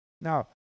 Now